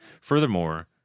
Furthermore